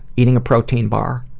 eating a protein bar,